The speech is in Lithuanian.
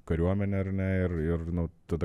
kariuomenę ar ne ir ir nu tada